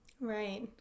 Right